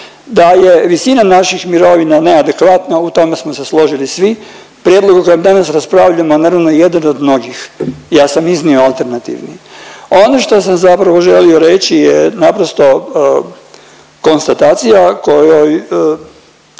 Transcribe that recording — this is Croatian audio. Da je visina naših mirovina neadekvatna, u tome smo se složili svi. Prijedlog o kojem danas raspravljamo naravno je jedan od mnogih. Ja sam iznio alternativni. Ono što sam zapravo želio reći je naprosto konstatacija kojoj,